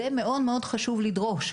זה מאוד מאוד חשוב לדרוש.